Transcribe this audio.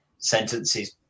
sentences